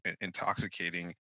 intoxicating